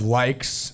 likes